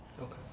Okay